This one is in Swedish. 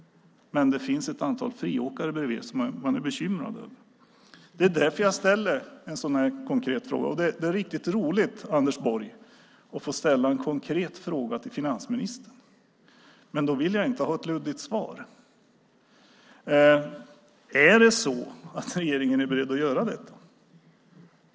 Men det finns ett antal friåkare som man är bekymrad över. Det är därför jag ställer en sådan här konkret fråga, och det är riktigt roligt, Anders Borg, att få ställa en konkret fråga till finansministern. Men då vill jag inte ha ett luddigt svar. Är regeringen beredd att göra detta?